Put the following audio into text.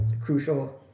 crucial